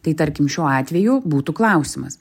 tai tarkim šiuo atveju būtų klausimas